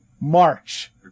March